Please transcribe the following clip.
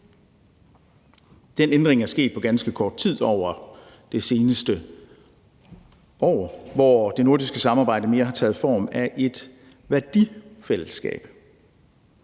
Den ændring er sket på ganske kort tid over det seneste år, hvor det nordiske samarbejde mere har taget form af et værdifællesskab